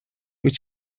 wyt